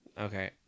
Okay